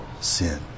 sin